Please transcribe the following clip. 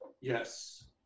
Yes